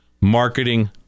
marketing